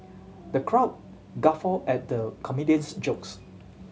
the crowd guffaw at the comedian's jokes